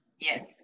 yes